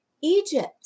Egypt